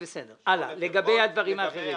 לגבי הדברים האחרים.